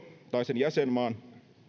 tai sen jäsenmaa